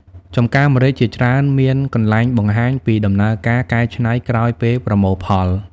ចម្ការម្រេចជាច្រើនមានកន្លែងបង្ហាញពីដំណើរការកែច្នៃក្រោយពេលប្រមូលផល ។